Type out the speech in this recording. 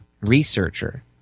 researcher